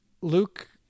Luke